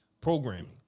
programming